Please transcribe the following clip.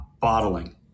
bottling